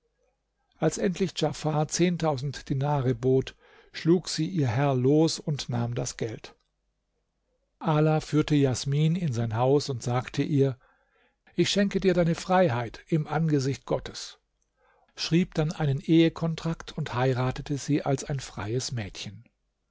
als endlich djafar zehntausend dinare bot schlug sie ihr herr los und nahm das geld ala führte jasmin in sein haus und sagte ihr ich schenke dir deine freiheit im angesicht gottes schrieb dann einen ehekontrakt und heiratete sie als ein freies mädchen